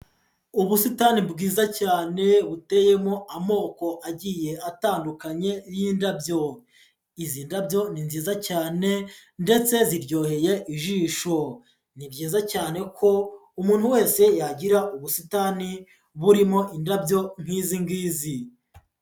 Ubusitani bwiza cyane buteyemo amoko agiye atandukanye y'indabyo. Izi ndabyo ni nziza cyane ndetse ziryoheye ijisho. i Ni byizayiza cyane ko umuntu wese yagira ubusitani burimo indabyo nk'izi ngizi.